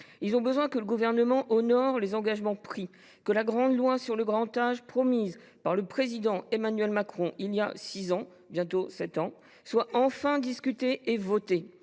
Ils ont besoin que le Gouvernement honore les engagements pris, que la grande loi sur le grand âge, promise par le Président Emmanuel Macron il y a six ans – bientôt sept !– soit enfin discutée et votée.